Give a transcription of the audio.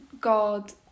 God